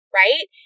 right